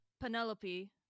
Penelope